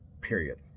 period